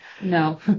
No